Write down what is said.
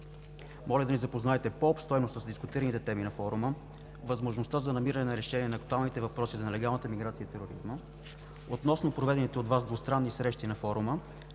моля да ни запознаете по-обстойно с дискутираните теми на форума, възможността за намиране на решение на актуалните въпроси за нелегалната миграция и тероризма относно проведените от Вас двустранни срещи на форума,